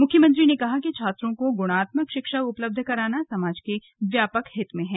मुख्यमंत्री ने कहा कि छात्रों को गुणात्मक शिक्षा उपलब्ध कराना समाज के व्यापक हित में है